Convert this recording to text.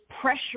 pressure